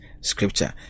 scripture